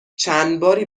چندباری